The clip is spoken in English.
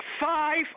five